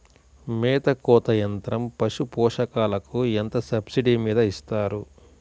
మేత కోత యంత్రం పశుపోషకాలకు ఎంత సబ్సిడీ మీద ఇస్తారు?